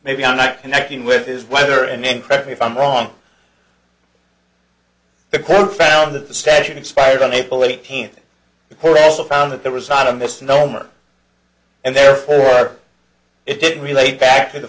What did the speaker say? maybe i'm not connecting with is whether and correct me if i'm wrong the court found that the statute expired on april eighteenth or also found that there was not a misnomer and therefore it didn't relate back to the